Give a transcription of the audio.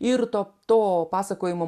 ir to to pasakojimo